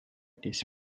this